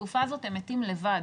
בתקופה הזאת הם מתים לבד.